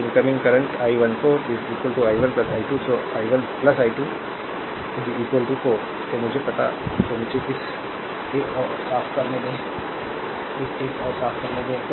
तो incoming current i 1 4 i 1 i2 so i 1 i2 4 तो मुझे इस एक को साफ करने दें इस एक को साफ करें